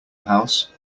house